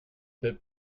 paie